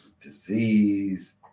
disease